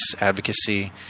advocacy